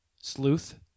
sleuth